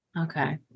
Okay